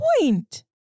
point